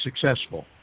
successful